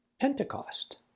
Pentecost